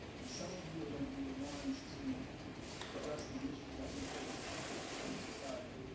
and some of you are going to be the ones to address the issues that we face as a society.